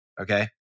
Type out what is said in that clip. Okay